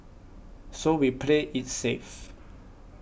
so we played its safe